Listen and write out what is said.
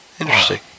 Interesting